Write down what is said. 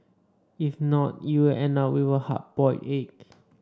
if not you will end up with a hard boiled egg